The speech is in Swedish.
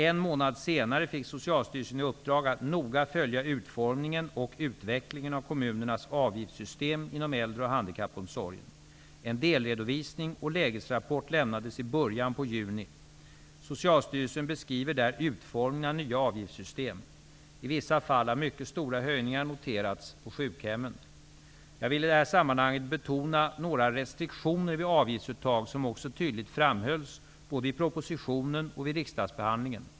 En månad senare fick Socialstyrelsen i uppdrag att noga följa utformningen och utvecklingen av kommunernas avgiftssystem inom äldre och handikappomsorgen. En delredovisning och lägesrapport lämnades i början på juni. Socialstyrelsen beskriver där utformningen av nya avgiftssystem. I vissa fall har mycket stora höjningar noterats på sjukhemmen. Jag vill i det här sammanhanget betona några restriktioner vid avgiftsuttag som också tydligt framhölls både i propositionen och vid riksdagsbehandlingen.